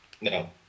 No